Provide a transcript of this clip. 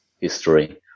history